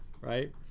right